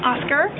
Oscar